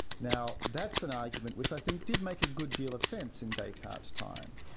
now that's an argument which i think did make a good deal of sense in descartes' time.